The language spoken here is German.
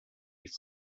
die